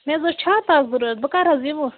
مےٚ حظ ٲس چھاتہٕ اَکھ ضوٚرَتھ بہٕ کَر حظ یِمہٕ